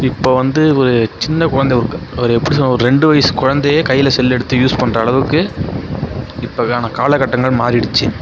இப்போ வந்து ஒரு சின்னக் குழந்தை ஒரு ஒரு எப்படி சொல்கிறது ஒரு ரெண்டு வயசுக் குழந்தையே கையில் செல் எடுத்து யூஸ் பண்ணுற அளவுக்கு இப்பக்கான கால கட்டங்கள் மாறிடுச்சு